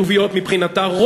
חיוביות מבחינתה,